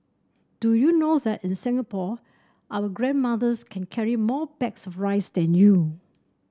do you know that in Singapore our grandmothers can carry more bags of rice than you